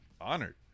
Honored